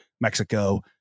Mexico